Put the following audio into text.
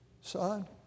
son